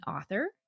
author